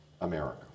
America